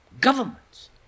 governments